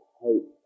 hope